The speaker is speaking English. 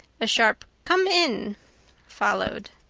a sharp come in followed.